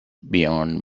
beyond